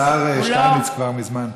השר שטייניץ כבר מזמן פה.